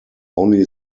only